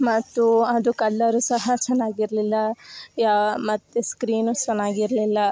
ಮತ್ತು ಅದು ಕಲರ್ ಸಹ ಚೆನ್ನಾಗಿರ್ಲಿಲ್ಲ ಯಾ ಮತ್ತು ಸ್ಕ್ರೀನು ಚೆನ್ನಾಗಿರ್ಲಿಲ್ಲ